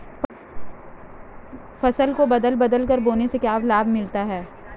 फसल को बदल बदल कर बोने से क्या लाभ मिलता है?